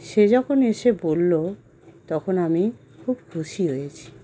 সে যখন এসে বলল তখন আমি খুব খুশি হয়েছি